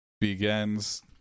begins